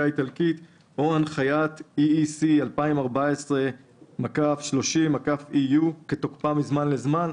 האיטלקית: "או הנחיית E.E.C 2014-30-EU כתוקפה מזמן לזמן".